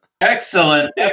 Excellent